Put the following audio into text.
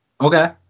okay